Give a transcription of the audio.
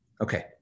Okay